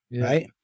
right